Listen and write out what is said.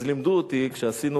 אז לימדו אותי, כשעשינו